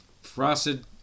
frosted